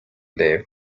lifts